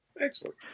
Excellent